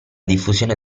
diffusione